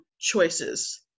choices